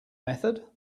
method